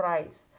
~rize